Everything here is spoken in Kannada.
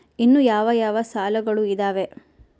ಇನ್ನು ಯಾವ ಯಾವ ಸಾಲಗಳು ಇದಾವೆ?